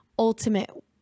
ultimate